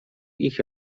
ich